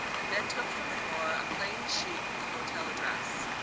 and then took from the drawer a plain sheet with the hotel address.